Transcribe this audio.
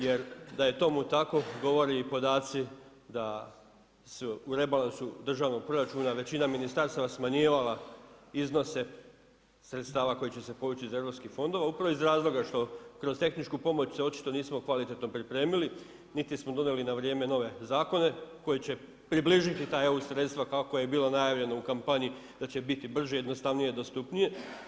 Jer da je tomu tako govore i podaci da su u rebalansu državnog proračuna većina ministarstava smanjivala iznose sredstava koji će se povući iz EU fondova upravo iz razloga što kroz tehničku pomoć se očito nismo kvalitetno pripremili niti smo donijeli na vrijeme nove zakone koji će približiti ta EU sredstva kako je i bilo najavljeno u kampanji da će biti brže, jednostavnije i dostupnije.